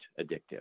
addictive